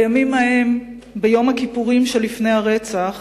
בימים ההם, ביום הכיפורים שלפני הרצח,